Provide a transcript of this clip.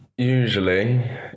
Usually